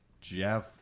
Jeff